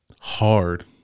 hard